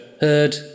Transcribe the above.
heard